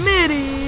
Midi